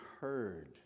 heard